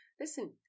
Listen